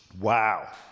Wow